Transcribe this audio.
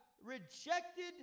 rejected